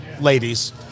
ladies